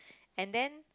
and then